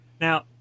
Now